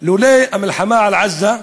לולא המלחמה על עזה,